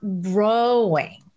growing